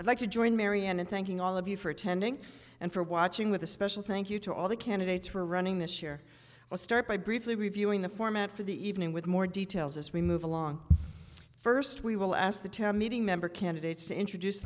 i'd like to join marion in thanking all of you for attending and for watching with a special thank you to all the candidates were running this year we'll start by briefly reviewing the format for the evening with more details as we move along first we will ask the to meeting member candidates to introduce